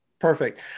Perfect